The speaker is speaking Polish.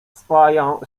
swoją